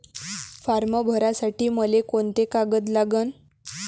Form भरासाठी मले कोंते कागद लागन?